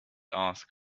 asked